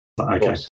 Okay